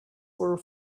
were